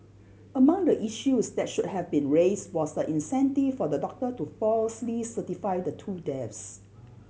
among the issues that should have been raised was the incentive for the doctor to falsely certify the two depths